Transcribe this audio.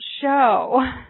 show